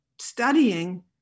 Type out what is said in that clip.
studying